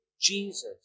Jesus